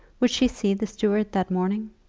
would she see the steward that morning?